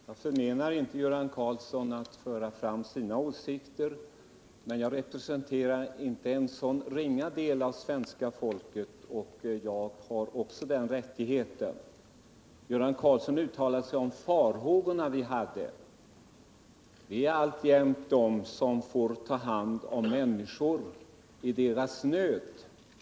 Herr talman! Jag förmenar inte Göran Karlsson att föra fram sina åsikter, men jag representerar en inte så ringa del av svenska folket, och jag har samma rättighet som Göran Karlsson. Göran Karlsson uttalade sig om de farhågor man hade när lagstiftningen genomfördes. De som hyste dessa farhågor är alltjämt de som får ta hand om människor i deras nöd.